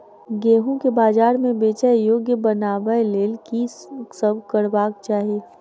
गेंहूँ केँ बजार मे बेचै योग्य बनाबय लेल की सब करबाक चाहि?